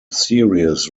series